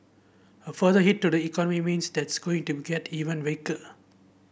a further hit to the economy means that's going to get even weaker